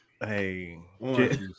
Hey